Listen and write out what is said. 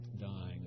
dying